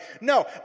No